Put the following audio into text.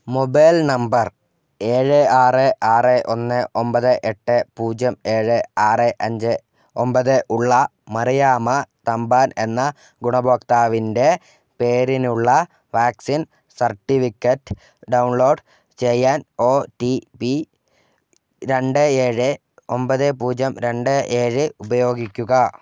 mobile number ഏഴ് ആറ് ആറ് ഒന്ന് ഒമ്പത് എട്ട് പൂജ്യം ഏഴ് ആറ് അഞ്ച് ഒമ്പത് ഉള്ള മറിയാമ്മ തമ്പാൻ എന്ന ഗുണഭോക്താവിൻ്റെ പേരിനുള്ള വാക്സിൻ സർട്ടിവിക്കറ്റ് ഡൗൺലോഡ് ചെയ്യാൻ ഒ ടി പി രണ്ട് ഏഴ് ഒമ്പത് പൂജ്യം രണ്ട് ഏഴ് ഉപയോഗിക്കുക